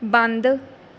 ਬੰਦ